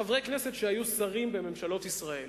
חברי כנסת שהיו שרים בממשלות ישראל.